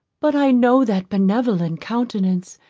but i know that benevolent countenance,